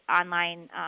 online